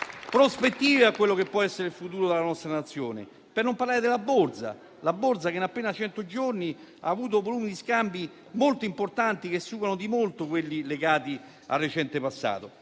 prospettive a quello che può essere il futuro della nostra Nazione. Potrei poi parlare della Borsa, che in appena cento giorni ha avuto volumi di scambi molto importanti, che superano di molto quelli legati al recente passato.